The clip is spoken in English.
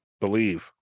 Believe